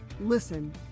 Listen